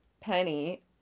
Penny